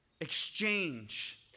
exchange